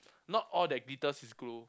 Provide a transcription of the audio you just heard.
not all that glitters is gold